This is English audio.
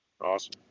Awesome